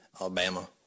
Alabama